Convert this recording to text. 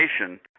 Nation